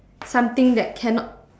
something that cannot